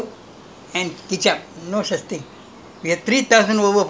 err different type of product you know Nestle is not only Milo